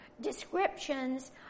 descriptions